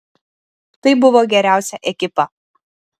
tai buvo geriausia ekipa